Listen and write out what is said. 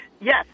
Yes